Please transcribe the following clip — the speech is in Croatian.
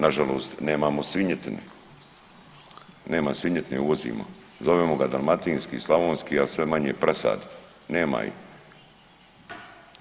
Nažalost nemamo svinjetine, nema svinjetine uvozimo, zovemo ga dalmatinski, slavonski, a sve manje prasadi, nema ih.